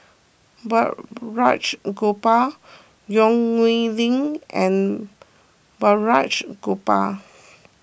Balraj Gopal Yong Nyuk Lin and Balraj Gopal